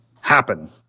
happen